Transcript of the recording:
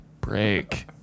break